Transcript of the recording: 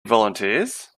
volunteers